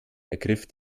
ergriff